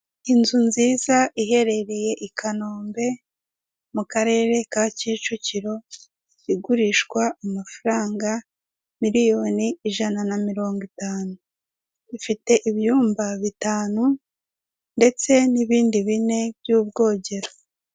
Inzu nziza iherereye i Kanombe mu karere ka Kicukiro igurishwa amafaranga miliyoni ijana naro itanu, ifite ibyumba bitanu ndetse n'ibindi bine by'ubwogero.